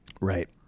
right